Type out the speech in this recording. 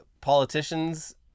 politicians